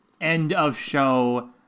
end-of-show